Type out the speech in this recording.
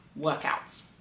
workouts